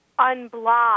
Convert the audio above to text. unblock